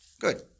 Good